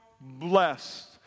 blessed